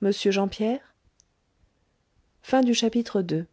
m jean pierre iii